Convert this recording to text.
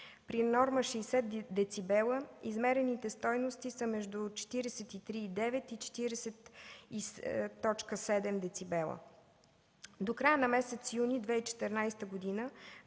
При норма 60 децибела измерените стойности са между 43,9 и 40,7 децибела. До края на месец юни 2014 г.